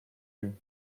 you